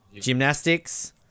gymnastics